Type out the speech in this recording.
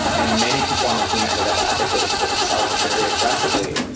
and many people on the team ended up advocating for themselves very aggressively,